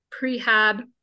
prehab